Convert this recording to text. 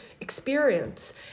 experience